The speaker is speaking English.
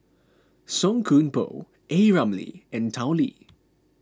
Song Koon Poh A Ramli and Tao Li